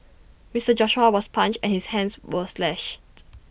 Mister Joshua was punched and his hands were slashed